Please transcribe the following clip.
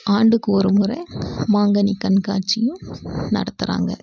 ஆண்டுக்கு ஒரு முறை மாங்கனி கண்காட்சியும் நடத்துகிறாங்க